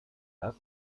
das